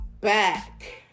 back